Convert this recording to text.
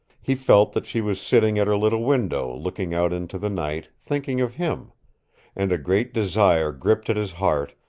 he felt that she was sitting at her little window, looking out into the night, thinking of him and a great desire gripped at his heart,